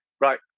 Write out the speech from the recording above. right